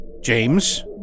James